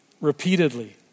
Repeatedly